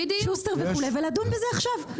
-- שוסטר וכו' ולדון בזה עכשיו,